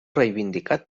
reivindicat